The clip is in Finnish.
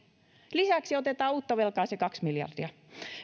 lisäksi otetaan uutta velkaa se kaksi miljardia